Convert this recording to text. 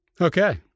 Okay